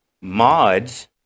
mods